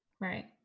Right